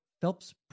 Phelps